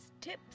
tips